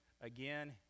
again